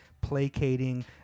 placating